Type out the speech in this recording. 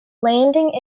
landing